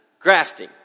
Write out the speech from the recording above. grafting